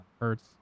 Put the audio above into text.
Hurts